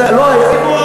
זה הציבור.